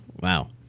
Wow